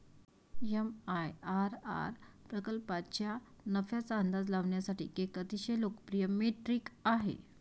MIRR प्रकल्पाच्या नफ्याचा अंदाज लावण्यासाठी एक अतिशय लोकप्रिय मेट्रिक आहे